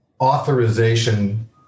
authorization